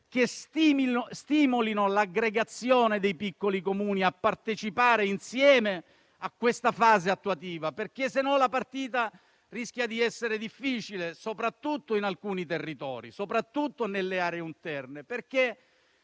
che stimolino l'aggregazione dei piccoli Comuni a partecipare insieme alla fase attuativa, altrimenti la partita rischia di essere difficile, soprattutto in alcuni territori e nelle aree interne.